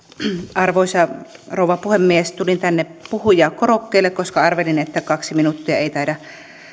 arvoisa rouva puhemies tulin tänne puhujakorokkeelle koska arvelin että kaksi minuuttia ei taida